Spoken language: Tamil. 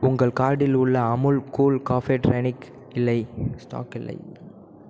உங்கள் கார்ட்டில் உள்ள அமுல் கூல் காஃபே ட்ரைனிக் இல்லை ஸ்டாக் இல்லை